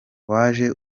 waje